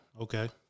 Okay